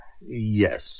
yes